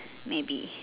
maybe